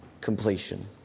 completion